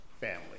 family